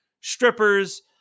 strippers